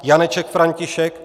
Janeček František